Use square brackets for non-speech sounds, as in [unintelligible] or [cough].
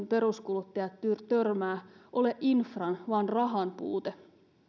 [unintelligible] peruskuluttajat törmäävät ole infran vaan rahan puute